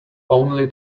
only